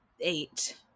eight